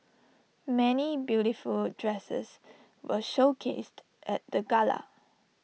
many beautiful dresses were showcased at the gala